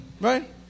right